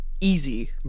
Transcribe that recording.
easy